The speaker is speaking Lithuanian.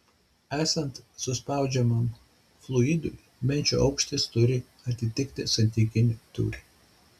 esant suspaudžiamam fluidui menčių aukštis turi atitikti santykinį tūrį